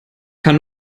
kann